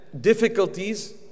difficulties